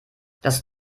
das